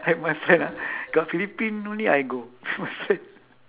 have my friend ah got philippine only I go my friend